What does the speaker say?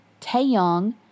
Taeyong